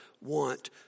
want